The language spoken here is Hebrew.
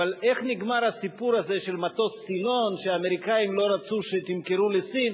אבל איך נגמר הסיפור הזה של מטוס סילון שהאמריקנים לא רצו שתמכרו לסין?